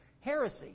heresy